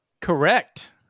correct